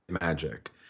Magic